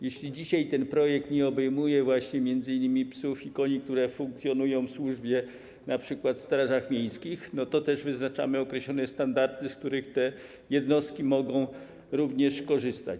Jeśli dzisiaj ten projekt nie obejmuje właśnie m.in. psów i koni, które funkcjonują w służbach, np. w strażach miejskich, to też wyznaczamy określone standardy, z których te jednostki mogą również korzystać.